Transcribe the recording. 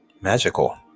Magical